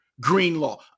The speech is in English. Greenlaw